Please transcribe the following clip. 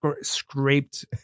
scraped